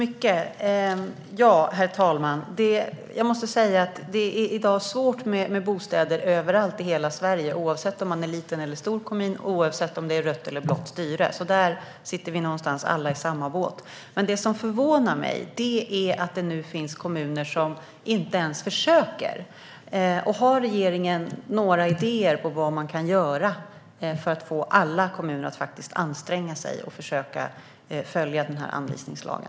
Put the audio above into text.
Herr talman! Det är i dag svårt med bostäder över hela Sverige, oavsett om man är en liten eller stor kommun och oavsett om det är rött eller blått styre. Där sitter vi alla, på något vis, i samma båt. Det som förvånar mig är att det nu finns kommuner som inte ens försöker. Har regeringen några idéer om vad man kan göra för att få alla kommuner att anstränga sig och försöka att följa anvisningslagen?